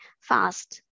fast